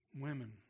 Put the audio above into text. Women